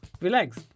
relax